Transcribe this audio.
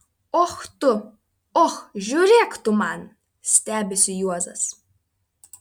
och tu och žiūrėk tu man stebisi juozas